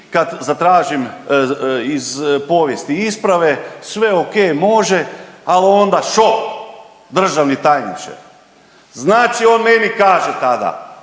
kad zatražim iz povijesti isprave sve ok može, al onda šok državni tajniče. Znači on meni kaže tada